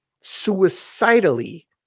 suicidally